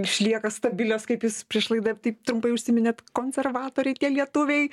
išlieka stabilios kaip jūs prieš laidą taip trumpai užsiminėt konservatoriai tie lietuviai